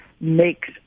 makes